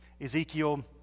Ezekiel